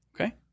Okay